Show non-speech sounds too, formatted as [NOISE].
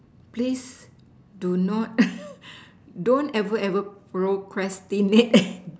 please do not [NOISE] don't ever ever procrastinate [NOISE]